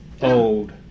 old